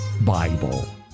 Bible